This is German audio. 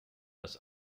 dass